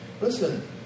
Listen